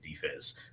defense